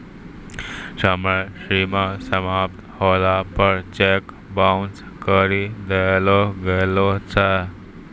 समय सीमा समाप्त होला पर चेक बाउंस करी देलो गेलो छै